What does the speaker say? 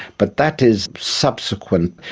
but that is subsequent,